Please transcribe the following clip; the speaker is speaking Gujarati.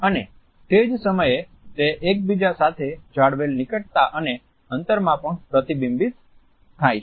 અને તે જ સમયે તે એકબીજા સાથે જાળવેલ નિકટતા અને અંતરમાં પણ પ્રતિબિંબિત થાય છે